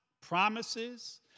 promises